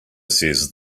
says